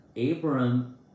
Abram